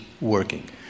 working